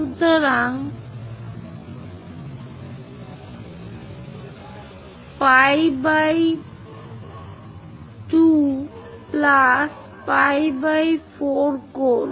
সুতরাং pi 2 plus pi 4 কোণ